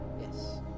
Yes